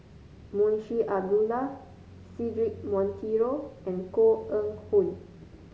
Munshi Abdullah Cedric Monteiro and Koh Eng Hoon